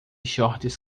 shorts